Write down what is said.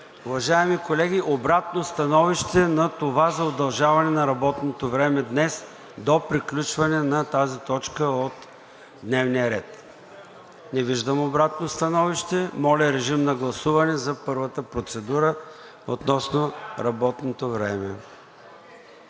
Уважаеми колеги, обратно становище на това за удължаване на работното време днес до приключване на тази точка от дневния ред. Не виждам обратно становище. Моля, режим на гласуване за първата процедура относно работното време.